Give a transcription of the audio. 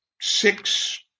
Six